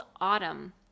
Autumn